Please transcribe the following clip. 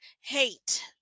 hate